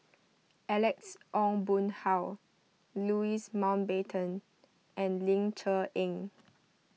Alex Ong Boon Hau Louis Mountbatten and Ling Cher Eng